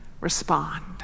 respond